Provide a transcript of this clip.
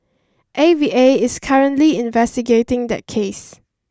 A V A is currently investigating that case